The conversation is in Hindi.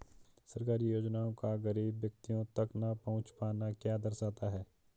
सरकारी योजनाओं का गरीब व्यक्तियों तक न पहुँच पाना क्या दर्शाता है?